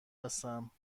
هستم